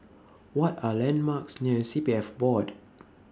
What Are The landmarks near C P F Board